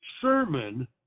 sermon